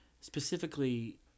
specifically